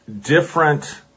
different